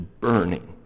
burning